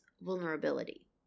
vulnerability